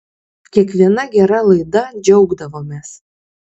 kiekviena gera laida džiaugdavomės